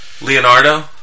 Leonardo